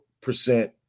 percent